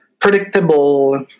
predictable